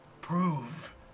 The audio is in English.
Prove